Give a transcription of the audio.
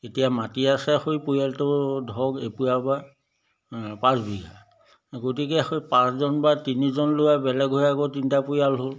এতিয়া মাটি আছে সেই পৰিয়ালটোৰ ধৰক এপুৰা বা এ পাঁচ বিঘা গতিকে সেই পাঁচজন বা তিনিজন ল'ৰা বেলেগ হৈ আকৌ তিনিটা পৰিয়াল হ'ল